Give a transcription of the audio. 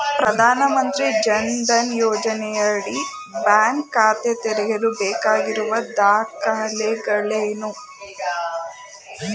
ಪ್ರಧಾನಮಂತ್ರಿ ಜನ್ ಧನ್ ಯೋಜನೆಯಡಿ ಬ್ಯಾಂಕ್ ಖಾತೆ ತೆರೆಯಲು ಬೇಕಾಗಿರುವ ದಾಖಲೆಗಳೇನು?